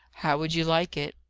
how would you like it?